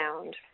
sound